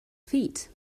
feet